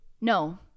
no